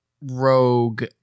Rogue